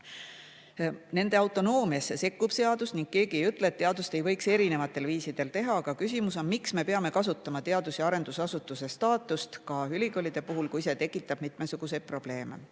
Nende autonoomiasse sekkub seadus. Keegi ei ütle, et teadust ei võiks erinevatel viisidel teha, aga küsimus on, miks me peame kasutama teadus- ja arendusasutuse staatust ka ülikoolide juhul, kui see tekitab mitmesuguseid probleeme.